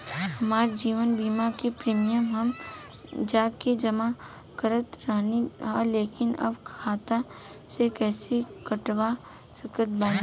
हमार जीवन बीमा के प्रीमीयम हम जा के जमा करत रहनी ह लेकिन अब खाता से कइसे कटवा सकत बानी?